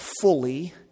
fully